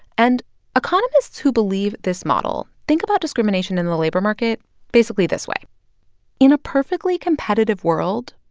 and economists who believe this model think about discrimination in the labor market basically this way in a perfectly competitive world,